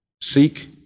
Seek